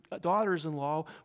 daughter's-in-law